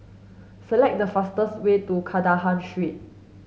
select the fastest way to Kandahar Street